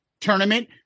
Tournament